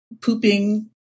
pooping